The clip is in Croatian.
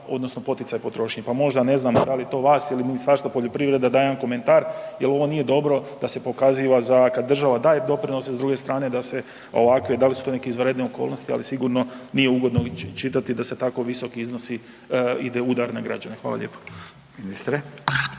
odnosno poticaj potrošnje, pa možda ne znam, da li to vas ili Ministarstvo poljoprivrede da jedan komentar jer ovo nije dobro da se pokaziva za kad država daje doprinose a s druge strane ovakve, da li su to neke izvanredne okolnosti ali sigurno nije ugodno čitati da se tako visoki iznosi ide udar na građane. Hvala lijepo.